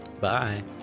Bye